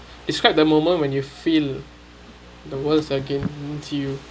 describe the moment when you feel the world's again to you